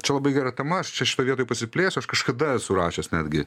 čia labai gera tema aš čia šitoj vietoj pasiplėsiu aš kažkada esu rašęs netgi